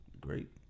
Great